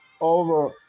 over